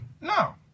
No